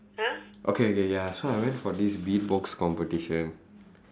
okay okay ya so I went for this beatbox competition